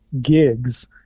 gigs